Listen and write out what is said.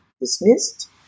dismissed